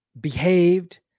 behaved